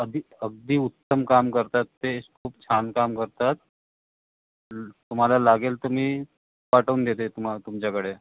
अगदी अगदी उत्तम काम करतात ते खूप छान कामं करतात तुम्हाला लागेल तर मी पाठवून देते तुमा तुमच्याकडे